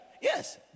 Yes